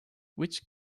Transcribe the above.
which